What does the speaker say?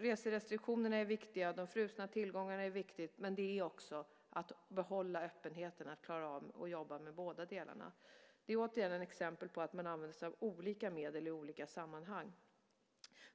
Reserestriktionerna är viktiga, och detta med frusna tillgångar är viktigt men också att behålla öppenheten, alltså att klara att jobba med båda delarna - återigen ett exempel på att använda sig av olika medel i olika sammanhang.